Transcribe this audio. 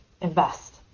invest